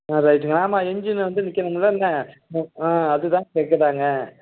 ஆ ரைட்டுங்க ஆமாம் இன்ஜினில் வந்து நிற்கணுமுல்லண்ண ஆ அதுதான் கேட்குறாங்க